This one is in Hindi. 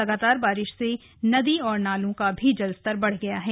लगातार बारिश से नदी और नालों का भी जलस्तर बढ़ गया है